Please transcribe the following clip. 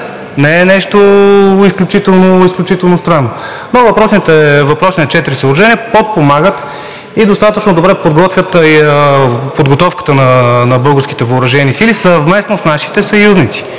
Не е нещо изключително странно. Въпросните четири съоръжения подпомагат и достатъчно добре подготвят подготовката на българските въоръжени сили съвместно с нашите съюзници.